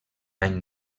any